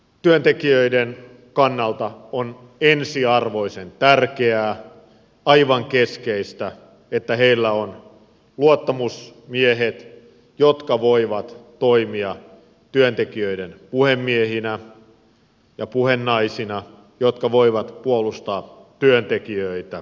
työntekijöiden kannalta on ensiarvoisen tärkeää aivan keskeistä että heillä on luottamusmiehet jotka voivat toimia työntekijöiden puhemiehinä ja puhenaisina ja jotka voivat puolustaa työntekijöitä